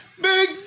big